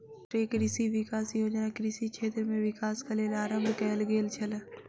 राष्ट्रीय कृषि विकास योजना कृषि क्षेत्र में विकासक लेल आरम्भ कयल गेल छल